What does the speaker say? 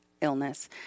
illness